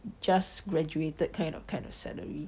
just graduated kind of kind of salary